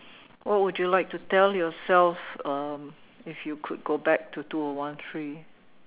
what would you like to tell yourself um if you could go back to two O one three